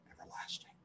everlasting